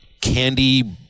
candy